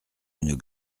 une